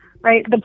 right